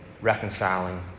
reconciling